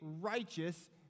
righteous